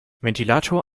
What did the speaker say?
ventilator